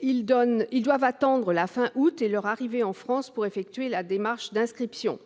Ils doivent attendre la fin du mois d'août et leur arrivée en France pour effectuer la démarche d'inscription.